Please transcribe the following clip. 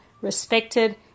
respected